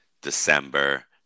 december